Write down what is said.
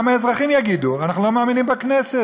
גם האזרחים יגידו, אנחנו לא מאמינים בכנסת.